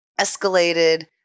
escalated